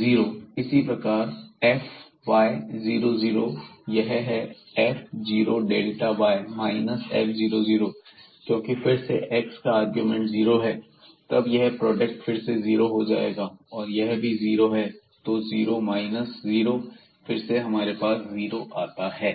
zero इसी प्रकार एस y 00 यह है f zero delta y minus f00 और क्योंकि फिर से एक्स का आर्गुमेंट जीरो है तब यह प्रोडक्ट फिर से जीरो हो जाएगा और यह भी जीरो है तो जीरो माइनस जीरो फिर से हमारे पास जीरो आता है